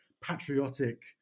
patriotic